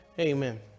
amen